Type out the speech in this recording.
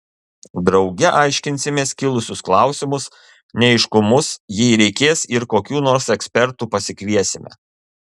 drauge aiškinsimės kilusius klausimus neaiškumus jei reikės ir kokių nors ekspertų pasikviesime